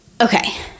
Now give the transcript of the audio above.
Okay